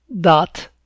dot